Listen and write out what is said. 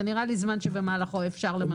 זה נראה לי זמן שבמהלכו אפשר למנות.